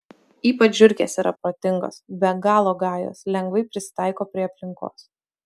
ypač žiurkės yra protingos be galo gajos lengvai prisitaiko prie aplinkos